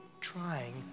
trying